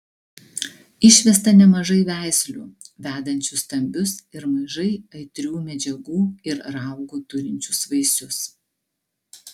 išvesta nemažai veislių vedančių stambius ir mažai aitrių medžiagų ir raugų turinčius vaisius